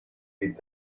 les